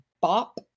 bop